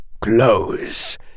Close